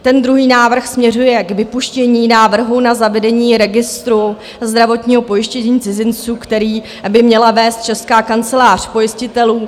Ten druhý návrh směřuje k vypuštění návrhu na zavedení registru zdravotního pojištění cizinců, který by měla vést Česká kancelář pojistitelů.